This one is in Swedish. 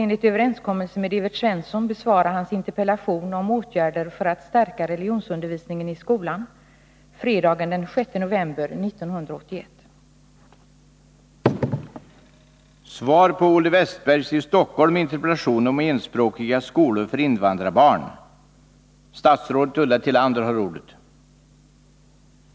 enligt överenskommelse med Evert Svensson, fredagen den 6 november 1981 besvara hans interpellation om åtgärder för att stärka religionsundervisningen i skolan.